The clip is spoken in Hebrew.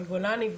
בגולני,